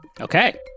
Okay